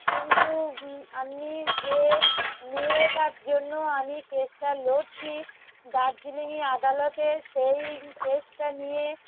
কিন্তু আমি যে মেয়েটার জন্য আমি কেসটা লড়ছি দার্জিলিংয়ে আদালতে সেই কেসটা নিয়ে